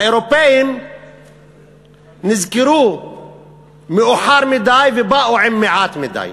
האירופים נזכרו מאוחר מדי ובאו עם מעט מדי.